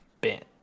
bent